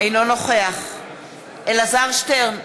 אינו נוכח אלעזר שטרן,